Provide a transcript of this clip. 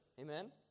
Amen